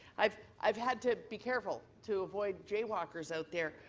i've i've had to be careful to avoid jay walkers out there.